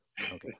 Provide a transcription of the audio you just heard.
Okay